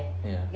ya